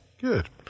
Good